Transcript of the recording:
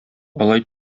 алай